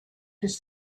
his